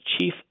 chief